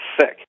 sick